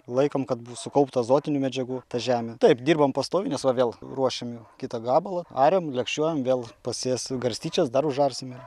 laikom kad sukaupt azotinių medžiagų ta žemė taip dirbam pastoviai nes va vėl ruošiam kitą gabalą ariam lėkščiuojam vėl pasėsim garstyčias dar užarsime